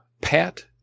pat